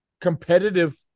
competitive